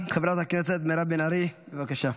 חברת הכנסת מירב בן ארי, בבקשה.